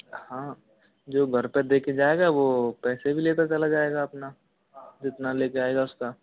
हाँ जो घर पे देके जाएगा वो पैसे भी लेता चला जाएगा अपना जितना ले जाएगा उसका